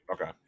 Okay